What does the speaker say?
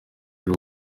ejo